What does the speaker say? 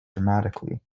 dramatically